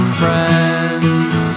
friends